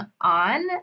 on